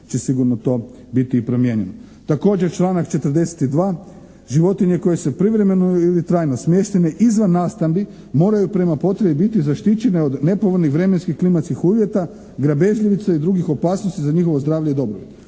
će sigurno to biti i promijenjeno. Također članak 42. životinje koje su privremeno ili trajno smještene izvan nastambi moraju prema potrebi biti zaštićene od nepovoljnih vremenskih klimatskih uvjeta, grabežljivica i drugih opasnosti za njihovo zdravlje i dobrobit.